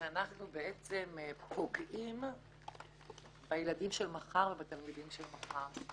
שאנחנו בעצם פוגעים בילדים של מחר ובתלמידים של מחר.